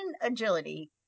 agility